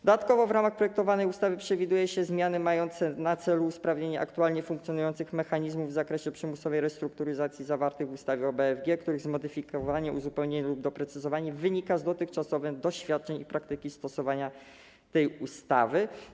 Dodatkowo w ramach projektowanej ustawy przewiduje się zmiany mające na celu usprawnienie aktualnie funkcjonujących mechanizmów w zakresie przymusowej restrukturyzacji zawartych w ustawie o BFG, których zmodyfikowanie, uzupełnienie lub doprecyzowanie wynika z dotychczasowych doświadczeń i praktyki stosowania tej ustawy.